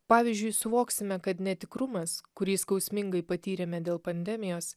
pavyzdžiui suvoksime kad netikrumas kurį skausmingai patyrėme dėl pandemijos